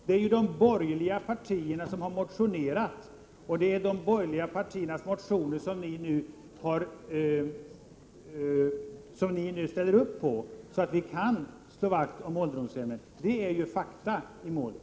Det är de borgerliga partierna som har motionerat, och det är våra motioner ni nu ställer upp på, så att vi kan slå vakt om ålderdomshemmen. — Det är fakta i målet.